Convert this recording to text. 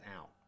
out